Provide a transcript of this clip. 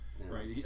right